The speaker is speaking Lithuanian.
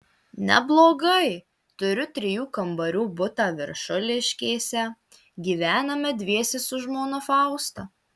neblogai turiu trijų kambarių butą viršuliškėse gyvename dviese su žmona fausta